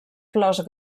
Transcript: flors